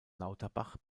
lauterbach